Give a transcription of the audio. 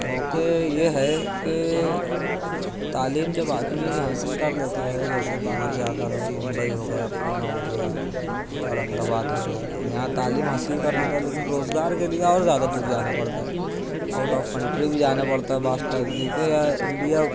موقعے یہ ہے کہ تعلیم جب آدمی حاصل کر لیتا ہے جیسے باہر جا کر ممبئی ہو گیا پونہ ہو گیا اورنگ آباد ہو گیا یہاں تعلیم حاصل کر لیتا ہے لیکن روزگار کے لیے اور زیادہ دور جانا پڑتا ہے آؤٹ آف کنٹری بھی جانا پڑتا ہے بعض ٹائم کیونکہ انڈیا